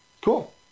Cool